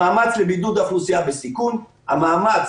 המאמץ לבידוד האוכלוסייה בסיכון והמאמץ